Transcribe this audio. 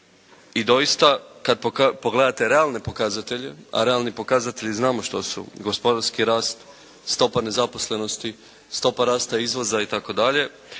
i doista kada pogledate realne pokazatelje, a realni pokazatelji znamo što su, gospodarski rast, stopa nezaposlenosti, stopa rasta izvoza itd.